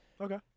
Okay